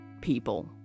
people